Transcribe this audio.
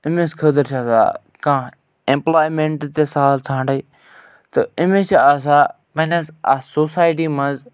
أمِس خٲطرٕ چھِ آسان کانٛہہ ایٚمپلایمٮ۪نٛٹہٕ تہِ سہل ژھانٛڈٕنۍ تہٕ أمِس چھِ آسان پنٕنِس اَتھ سوسایٹی منٛز